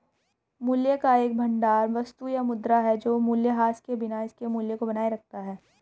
मूल्य का एक भंडार वस्तु या मुद्रा है जो मूल्यह्रास के बिना इसके मूल्य को बनाए रखता है